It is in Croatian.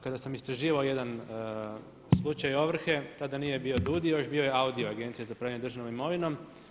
Kada sam istraživao jedan slučaj ovrhe tada nije bio DUDI, bio je AUDI, Agencija za upravljanje državnom imovinom.